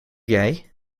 jij